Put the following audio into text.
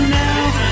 now